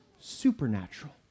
supernatural